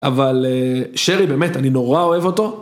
אבל שרי באמת, אני נורא אוהב אותו.